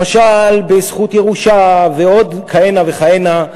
למשל, בזכות ירושה, ובעוד כהנה וכהנה.